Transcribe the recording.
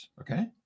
okay